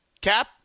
Cap